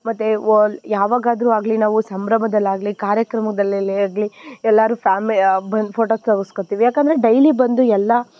ಮತ್ತು ಅಲ್ ಯಾವಾಗಾದ್ರು ಆಗಲಿ ನಾವು ಸಂಭ್ರಮದಲ್ಲಾಗಲಿ ಕಾರ್ಯಕ್ರಮದಲ್ಲೇ ಆಗಲಿ ಎಲ್ಲರೂ ಫ್ಯಾಮ್ ಬಂದು ಫೋಟೋ ತಗೆಸ್ಕೋತೀವಿ ಏಕಂದ್ರೆ ಡೈಲಿ ಬಂದು ಎಲ್ಲ